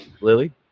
Lily